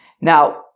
Now